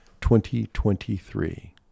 2023